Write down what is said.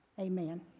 Amen